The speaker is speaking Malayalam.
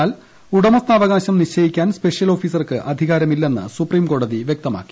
എന്നാൽ ഉടമസ്ഥാവകാശം നിശ്ചയിക്കാൻ സ്പെഷ്യൽ ഓഫീസർക്ക് അധികാരമില്ലെന്ന് സുപ്രീംകോടതി വ്യക്തമാക്കി